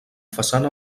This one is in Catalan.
façana